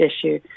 issue